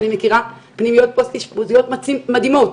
אני מכירה פנימיות פוסט אשפוזיות מדהימות